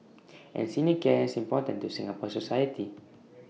and senior care is important to Singapore society